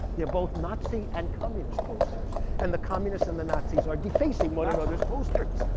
they're both nazi and communist posters. and the communists and the nazis are defacing one another's posters.